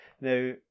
Now